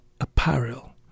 apparel